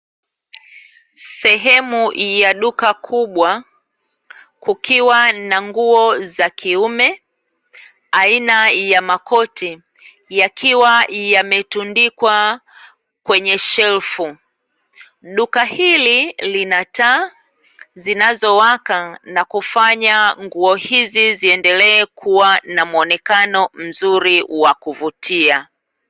Sehemu ya duka kubwa kukiwa na nguo za kiume aina ya makoti, yakiwa yametundikwa kwenye shelfu. Duka hili lina taa zinazowaka na kufanya nguo hizi ziendelee kuwa na mwonekano mzuri wa kuvutia.